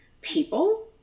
people